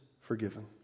forgiven